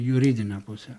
juridine puse